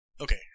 Okay